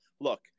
look